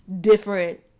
different